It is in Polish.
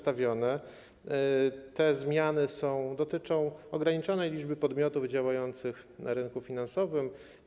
Te zmiany dotyczą ograniczonej liczby podmiotów działających na rynku finansowym.